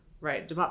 Right